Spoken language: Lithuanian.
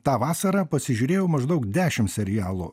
tą vasarą pasižiūrėjau maždaug dešim serialų